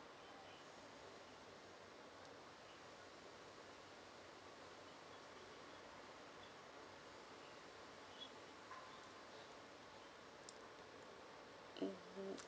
mm